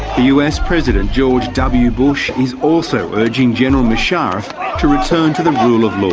us president george w bush is also urging general musharraf to return to the rule of law.